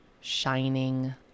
shining